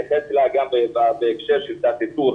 לדבר עליהן ותיכף נתייחס אליה גם בהקשר של תת איתור.